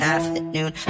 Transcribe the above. afternoon